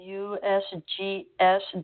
usgs